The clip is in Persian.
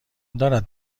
دارد